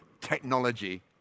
technology